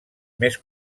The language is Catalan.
més